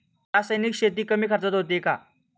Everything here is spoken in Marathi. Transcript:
रासायनिक शेती कमी खर्चात होते का?